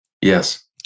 Yes